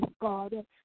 God